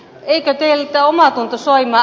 eikö teillä omatunto soimaa